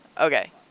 Okay